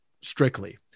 strictly